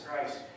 Christ